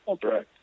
Correct